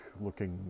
looking